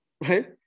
right